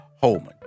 Holman